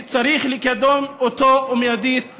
וצריך לקדם אותו מיידית.